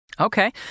Okay